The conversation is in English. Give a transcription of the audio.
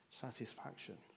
Satisfaction